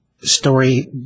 story